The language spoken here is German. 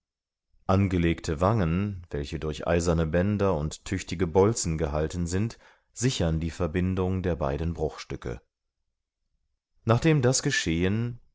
angelegte wangen welche durch eiserne bänder und tüchtige bolzen gehalten sind sichern die verbindung der beiden bruchstücke nachdem das geschehen